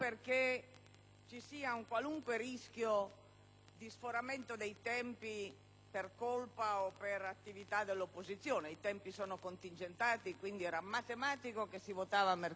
ci sia un qualunque rischio di sforamento dei tempi per colpa o per attività dell'opposizione, dal momento che i tempi sono contingentati e, quindi, è matematico che si voti mercoledì.